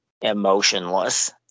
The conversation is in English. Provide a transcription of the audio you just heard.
emotionless